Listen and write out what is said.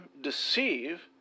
deceive